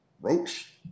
Roach